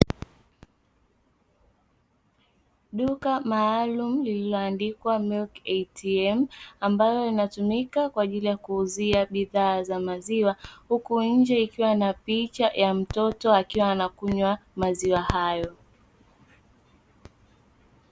Duka maalum lililoandaliwa "Milk ATM", ambalo linatumika kwaajili ya kuuzia bidhaa za maziwa huku nje ikiwa na picha ya mtoto akiwa anakunywa maziwa hayo.